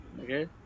okay